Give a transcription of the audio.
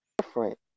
different